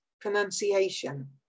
pronunciation